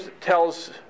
tells